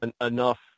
enough –